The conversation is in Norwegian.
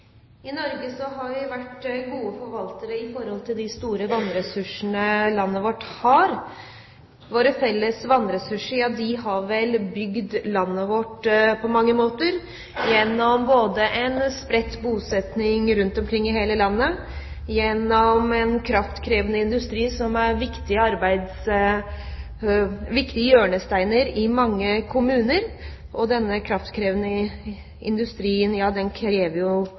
I Norge har vi vært gode forvaltere av de store vannressursene landet vårt har. Våre felles vannressurser har bygd landet vårt på mange måter, både gjennom en spredt bosetting i hele landet og gjennom kraftkrevende industri, som er viktige hjørnesteiner i mange kommuner. Denne kraftkrevende industrien krever jo